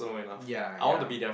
ya ya